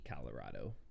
Colorado